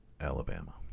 Alabama